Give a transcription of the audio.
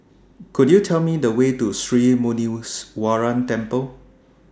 Could YOU Tell Me The Way to Sri Muneeswaran Temple